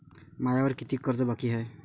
मायावर कितीक कर्ज बाकी हाय?